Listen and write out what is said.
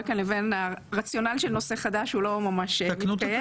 כאן לבין הרציונל של נושא חדש הוא לא ממש מתקיים.